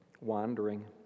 wandering